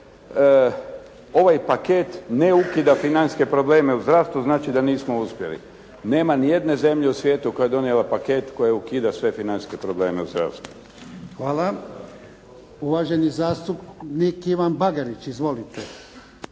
ovaj paket ne ukida financijske probleme u zdravstvu, znači da nismo uspjeli. Nema nijedne zemlje u svijetu koja je donijela paket koji ukida sve financijske probleme u zdravstvu. **Jarnjak, Ivan (HDZ)** Hvala. Uvaženi zastupnik Ivan Bagarić. Izvolite.